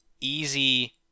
easy